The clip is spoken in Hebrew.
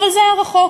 אבל זה היה רחוק,